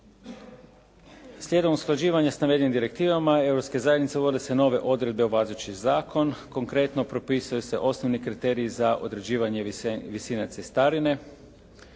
Slijedom usklađivanja sa navedenim direktivama Europske zajednice uvode se nove odredbe u važeći zakon. Konkretno propisuje se osnovni kriterij za određivanja visine cestarine